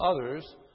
others